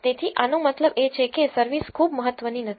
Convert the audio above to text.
તેથી આનો મતલબ એ છે કે service ખૂબ મહત્વની નથી